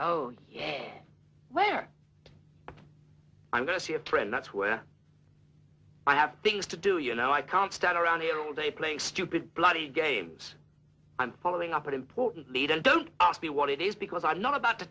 oh yeah where i'm going to see a trend that's where i have things to do you know i can't stand around here all day playing stupid bloody games i'm following up an important lead and don't ask me what it is because i'm not about to